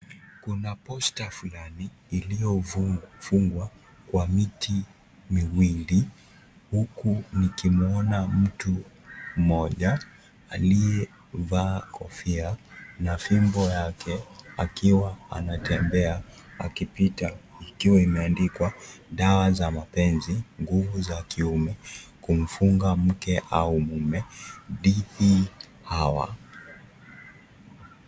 Kuna posta fulani iliyofungwa kwa miti miwili huku nikimwona mtu mmoja aliyevaa kofia na fimbo yake akiwa anatembea akipita ikiwa imeandikwa dawa za mapenzi nguvu za kiume kumfunga mke au mume dhidi hawa.